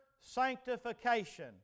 sanctification